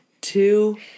two